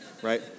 right